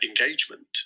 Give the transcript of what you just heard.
engagement